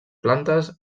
plantes